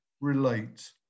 relate